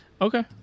Okay